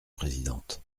présidente